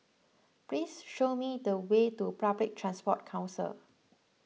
please show me the way to Public Transport Council